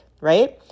right